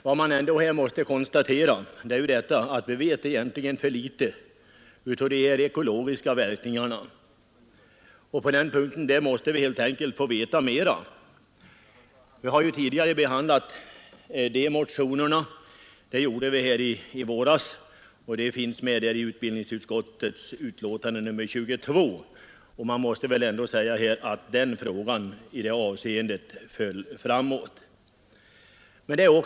Vad man ändå måste konstatera är att vi vet för litet om de ekologiska verkningarna. Vi måste helt enkelt få veta mera. I våras behandlade vi motioner på den punkten som finns redovisade i utbildningsutskottets betänkande nr 22, och det måste väl sägas att frågan i det avseendet föll framåt.